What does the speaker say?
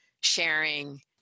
sharing